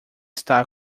estar